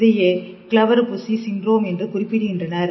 இதையே Kluver Bucy syndrome என்று குறிப்பிடுகின்றனர்